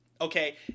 Okay